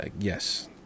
Yes